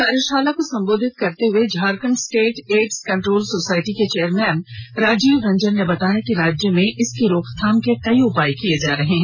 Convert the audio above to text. कार्यशाला को संबोधित करते हुए Jharkhand state AIDS control society के चेयरमैन राजीव रंजन ने बताया कि राज्य में इसकी रोकथाम के कई उपाय किए जा रहे हैं